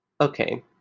Okay